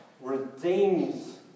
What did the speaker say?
redeems